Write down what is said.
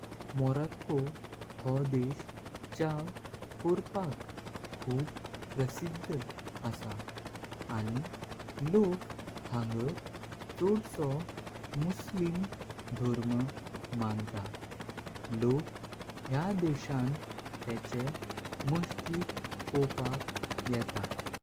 मोरोक्को हो देश छाव कोपाक खूप प्रसिद्ध असा। आणि लोक हांगर चोडशो मुसलमान धर्मांतां। लोक ह्या देशान तेंचे मशिद पावपाक जेतात।